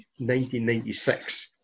1996